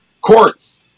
court's